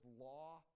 law